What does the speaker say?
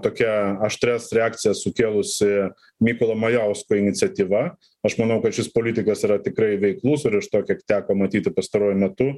tokia aštrias reakcijas sukėlusi mykolo majausko iniciatyva aš manau kad šis politikas yra tikrai veiklus ir iš to kiek teko matyti pastaruoju metu